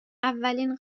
اولین